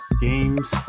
games